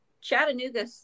chattanooga